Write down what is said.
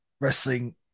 wrestling